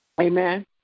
Amen